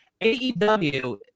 AEW